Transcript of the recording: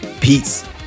peace